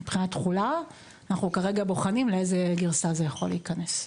מבחינת תכולה אנחנו כרגע בוחנים לאיזו גרסה זה יכול להיכנס.